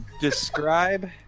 describe